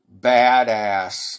badass